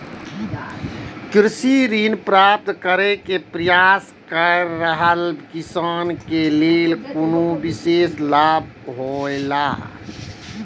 कृषि ऋण प्राप्त करे के प्रयास कर रहल किसान के लेल कुनु विशेष लाभ हौला?